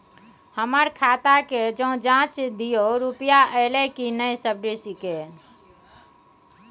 हमर खाता के ज जॉंच दियो रुपिया अइलै की नय सब्सिडी के?